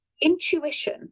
Intuition